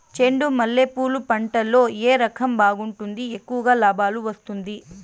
చెండు మల్లె పూలు పంట లో ఏ రకం బాగుంటుంది, ఎక్కువగా లాభాలు వస్తుంది?